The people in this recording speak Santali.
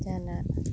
ᱡᱟᱦᱟᱱᱟᱜ